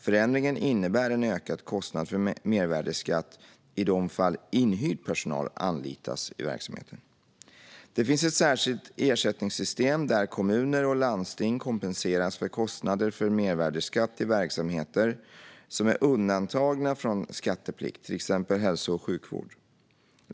Förändringen innebär en ökad kostnad för mervärdesskatt i de fall inhyrd personal anlitas i verksamheten. Det finns ett särskilt ersättningssystem där kommuner och landsting kompenseras för kostnader för mervärdesskatt i verksamheter som är undantagna från skatteplikt, till exempel hälso och sjukvård.